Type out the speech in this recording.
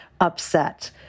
upset